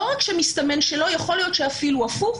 לא רק שמסתמן שלא, יכול להיות שאפילו הפוך.